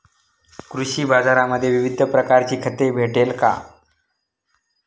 कृषी बाजारांमध्ये विविध प्रकारची खते भेटेल का?